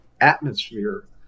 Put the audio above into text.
atmosphere